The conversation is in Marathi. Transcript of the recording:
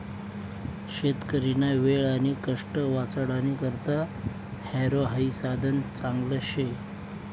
शेतकरीना वेळ आणि कष्ट वाचाडानी करता हॅरो हाई साधन चांगलं शे